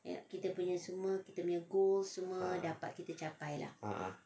a'ah